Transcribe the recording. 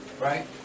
Right